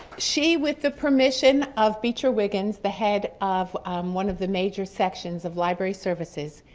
she, with the permission of beacher wiggins, the head of one of the major sections of library services,